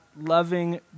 loving